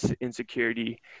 insecurity